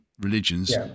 religions